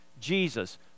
Jesus